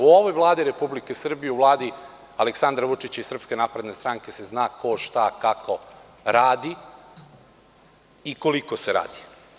U ovoj Vladi Republike Srbije, u Vladi Aleksandra Vučića i SNS se zna ko, šta i kako radi i koliko se radi.